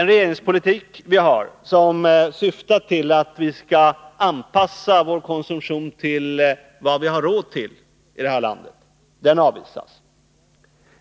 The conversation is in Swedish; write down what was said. Regeringspolitiken, som syftar till att vi skall anpassa vår konsumtion till vad vi har råd med, avvisas.